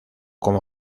como